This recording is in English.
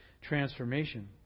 transformation